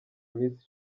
miss